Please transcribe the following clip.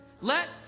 Let